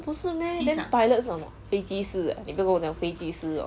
不是 meh then pilot 是什么飞机啊你不要跟我讲飞机师 hor